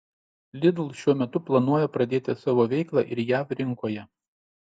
lidl šiuo metu planuoja pradėti savo veiklą ir jav rinkoje